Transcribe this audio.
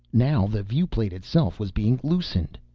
now the viewplate itself was being loosened.